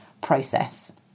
process